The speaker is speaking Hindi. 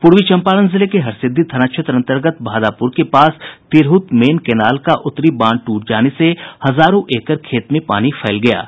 पूर्वी चंपारण जिले के हरसिद्धि थाना क्षेत्र अंतर्गत भादापुर के पास तिरहुत मेन केनाल का उत्तरी बांध टूट जाने से हजारों एकड़ खेत में पानी फैल गया है